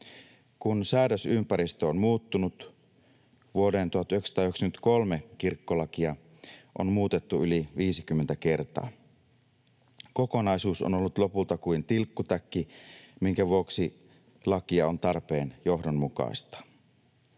Kun säädösympäristö on muuttunut, vuoden 1993 kirkkolakia on muutettu yli 50 kertaa. Kokonaisuus on ollut lopulta kuin tilkkutäkki, minkä vuoksi lakia on tarpeen johdonmukaistaa.